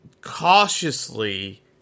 cautiously